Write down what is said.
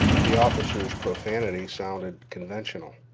the officer's profanity sounded conventional.